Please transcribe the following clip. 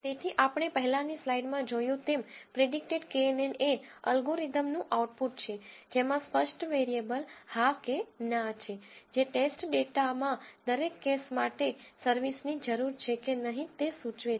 તેથી આપણે પહેલાની સ્લાઇડમાં જોયું તેમ પ્રીડીકટેડ કેએનએન એ એલ્ગોરિધમનું આઉટપુટ છે જેમાં સ્પષ્ટ વેરીએબલ હા કે ના છે જે ટેસ્ટ ડેટામાં દરેક કેસ માટે સર્વિસની જરૂર છે કે નહીં તે સૂચવે છે